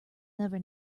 never